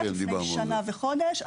לפני שנה וחודש.